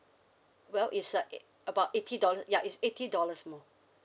well it's a e~ about eighty dollars ya it's eighty dollars more